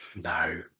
No